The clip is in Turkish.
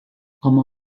ama